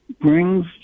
Brings